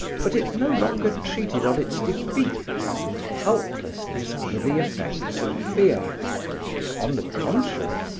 but it no longer treated of its defeats and helplessness under the effects of fear on the contrary,